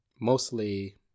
Mostly